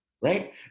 right